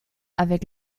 avec